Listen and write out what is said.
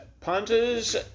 punters